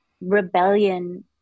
rebellion